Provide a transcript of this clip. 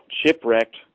shipwrecked